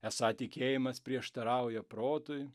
esą tikėjimas prieštarauja protui